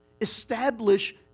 Establish